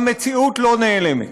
המציאות לא נעלמת.